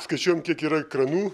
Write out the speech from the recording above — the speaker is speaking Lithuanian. skaičiuojam kiek yra kranų